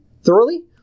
Thoroughly